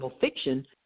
fiction